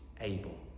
able